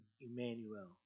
Emmanuel